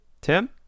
tim